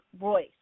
Royce